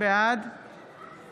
בעד